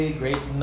great